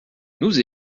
nous